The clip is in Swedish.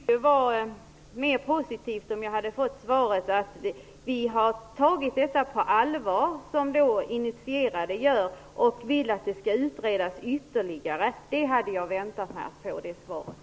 Herr talman! Det skulle ha varit mer positivt om jag hade fått svaret att utskottet, i likhet med initierade personer, hade tagit detta på allvar och velat utreda det ytterligare. Jag hade väntat mig det svaret.